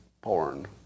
porn